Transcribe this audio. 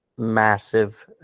Massive